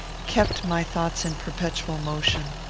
kept my thoughts in perpetual motion.